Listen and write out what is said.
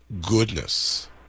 goodness